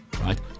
right